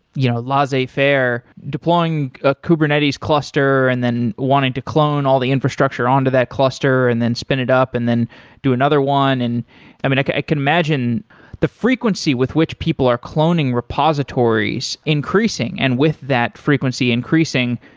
you know laissez faire, deploying ah kubernetes cluster and then wanting to clone all the infrastructure on to that cluster and then spin it up and then do another one. and i mean, like i can imagine the frequency with which people are cloning repositories increasing. and with that frequency increasing,